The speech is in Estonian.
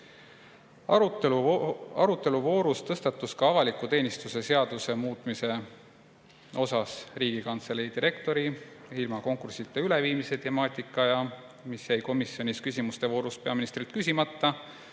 Aruteluvoorus tõstatus ka avaliku teenistuse seaduse muutmise teema, Riigikantselei direktori ilma konkursita üleviimise teema, mille kohta jäi komisjonis küsimuste voorus peaministrilt küsimata.